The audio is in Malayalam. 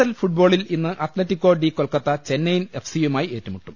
എൽ ഫുട്ബോളിൽ ഇന്ന് Atletico de Kolkata Chennaiyin FC യുമായി ഏറ്റുമുട്ടും